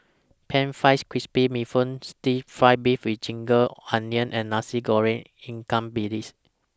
Pan Fried Crispy Bee Hoon Stir Fry Beef with Ginger Onion and Nasi Goreng Ikan Bilis